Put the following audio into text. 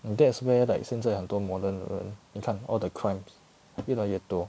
that's where like 现在很多 modern 的人你看 all the crimes 越来越多